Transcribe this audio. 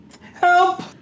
Help